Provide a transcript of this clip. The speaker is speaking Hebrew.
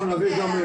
אין בעיה.